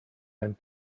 and